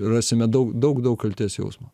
rasime daug daug daug kaltės jausmo